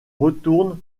retourne